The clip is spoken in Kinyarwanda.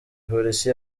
polisi